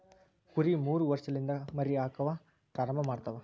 ಕುರಿ ಮೂರ ವರ್ಷಲಿಂದ ಮರಿ ಹಾಕಾಕ ಪ್ರಾರಂಭ ಮಾಡತಾವ